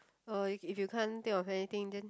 uh if if you can't think of anything then